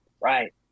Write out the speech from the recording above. Right